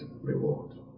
reward